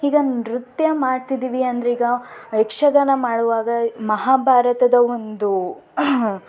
ಈಗ ನೃತ್ಯ ಮಾಡ್ತಿದ್ದೀವಿ ಅಂದ್ರೆ ಈಗ ಯಕ್ಷಗಾನ ಮಾಡುವಾಗ ಮಹಾಭಾರತದ ಒಂದು